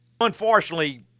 unfortunately